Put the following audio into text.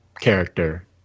character